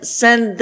send